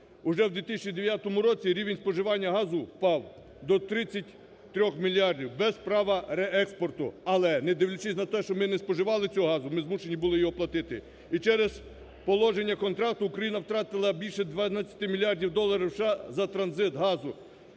Уже в 2009 році рівень споживання газу впав до 33 мільярдів, без права реекспорту. Але, не дивлячись на те, що ми не споживали цього газу, ми змушені були за нього платити. І через положення контракту Україна втратила більше 12 мільярдів доларів США за транзит газу